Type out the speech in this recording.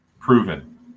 proven